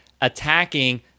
attacking